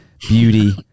beauty